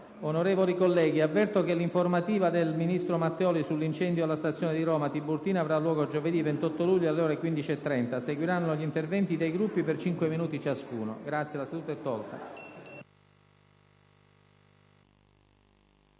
Onorevoli colleghi, comunico che l'informativa del ministro Matteoli sull'incendio alla stazione di Roma Tiburtina avrà luogo giovedì 28 luglio, alle ore 15,30. Seguiranno gli interventi dei Gruppi per cinque minuti ciascuno. **Mozioni, interpellanze